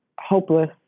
hopeless